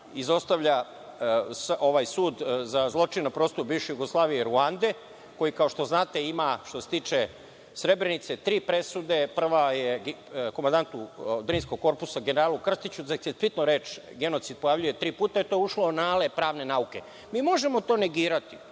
izostavlja sud za zločine na prostoru bivše Jugoslavije Ruande koji kao što znate ima, što se tiče Srebrenice tri presude. Prava je komandatu Drinskog korpusa generalu Krstiću, gde se reč genocid pojavljuje. Tri puta je to ušlo anale pravne nauke. Mi možemo to negirati,